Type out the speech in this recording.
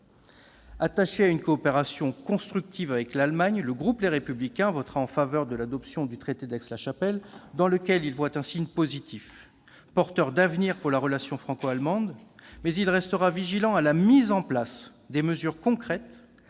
Attaché à une coopération constructive avec l'Allemagne, le groupe Les Républicains votera en faveur de l'adoption du traité d'Aix-la-Chapelle, dans lequel il voit un signe positif, porteur d'avenir pour la relation franco-allemande, mais il restera vigilant quant à la mise en place de mesures concrètes,